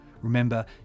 remember